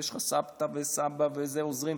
ויש לך סבתא וסבא שעוזרים.